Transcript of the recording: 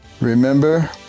Remember